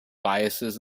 biases